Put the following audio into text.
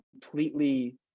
completely